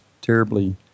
terribly